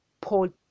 Paul